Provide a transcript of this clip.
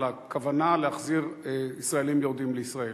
הכוונה להחזיר ישראלים יורדים לישראל.